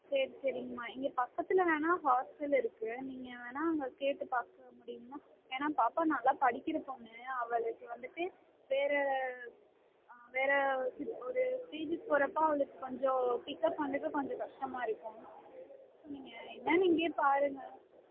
சரி சரிங்கமா இங்கே பக்கத்தில் வேணா ஹாஸ்டெல் இருக்குது நீங்கள் வேணா அங்கே கேட்டு பார்க்க முடியுமா ஏன்னால் பாப்பா நல்லா படிக்கிற பெண்ணு அவளுக்கு வந்துட்டு வேறு ஆ வேறு ஒரு பிஜி போகிறப்ப அவளுக்கு கொஞ்சம் பிக்அப் பண்ணுறதுக்கு கொஞ்சம் கஷ்டமாக இருக்கும் ஸோ நீங்கள் என்னனு இங்கையே பாருங்கள்